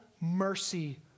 mercy